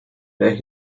where